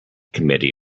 committee